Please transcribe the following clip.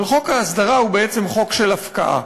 אבל חוק ההסדרה הוא בעצם חוק של הפקעה,